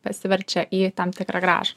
persiverčia į tam tikrą grąžą